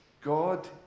God